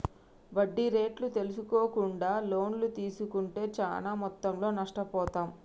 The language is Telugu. వడ్డీ రేట్లు తెల్సుకోకుండా లోన్లు తీస్కుంటే చానా మొత్తంలో నష్టపోతాం